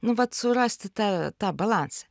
nu vat surasti tą tą balansą